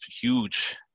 huge